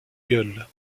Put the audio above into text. gueule